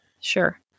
Sure